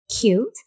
cute